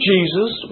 Jesus